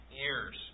years